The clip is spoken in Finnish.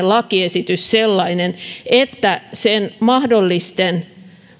lakiesitys sellainen että sen mahdollisten